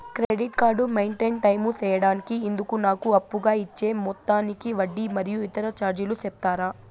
Credit card maintain time సేయడానికి ఇందుకు నాకు అప్పుగా ఇచ్చే మొత్తానికి వడ్డీ మరియు ఇతర చార్జీలు సెప్తారా?